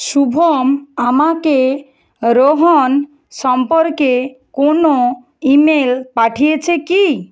শুভম আমাকে রোহন সম্পর্কে কোনও ইমেল পাঠিয়েছে কি